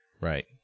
Right